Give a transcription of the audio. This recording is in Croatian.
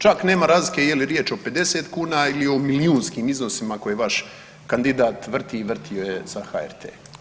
Čak nema razlike je li riječ o 50 kn ili o milijunskim iznosima koji vaš kandidat vrti i vrti za HRT.